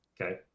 Okay